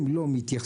אם לא מתייחסים,